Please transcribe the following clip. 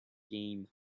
game